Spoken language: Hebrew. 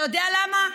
אתה יודע למה?